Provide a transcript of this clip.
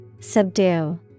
Subdue